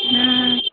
हूं